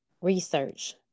research